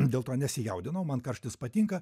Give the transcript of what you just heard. dėl to nesijaudinau man karštis patinka